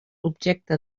objecte